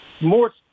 More